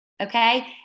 okay